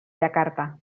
yakarta